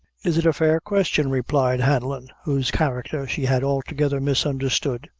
is it a fair question, replied hanlon, whose character she had altogether misunderstood,